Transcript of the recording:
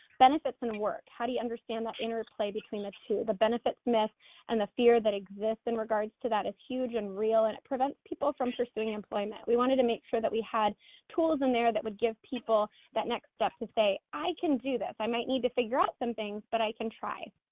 benefits in work, how do you understand the interplay between the two? the benefits myth and the fear that exists in regards to that is huge and real and it prevent people from pursuing employment. we wanted to make sure that we had tools in there that would give people that next step to say i can do this, i might need to figure out some things but i can try.